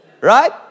Right